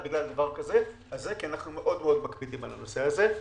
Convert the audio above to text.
כי אנחנו מאוד מאוד מקפידים על הנושא הזה.